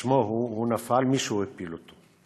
כשמו כן הוא, הוא נפל, מישהו הפיל אותו.